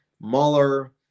Mueller